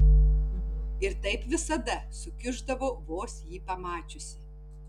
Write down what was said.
ir taip visada sukiuždavo vos jį pamačiusi